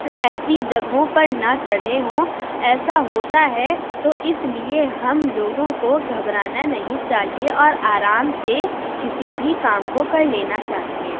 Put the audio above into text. ایسی جگہوں پر نہ چڑھے ہوں ایسا ہوتا ہے تو اس لیے ہم لوگوں کو گھبرانا نہیں چاہیے اور آرام سے کسی بھی کام کو کر لینا چاہیے